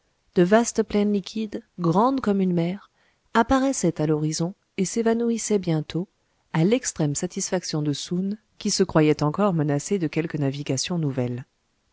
de vastes plaines liquides grandes comme une mer apparaissaient à l'horizon et s'évanouissaient bientôt à l'extrême satisfaction de soun qui se croyait encore menacé de quelque navigation nouvelle